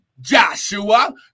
Joshua